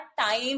time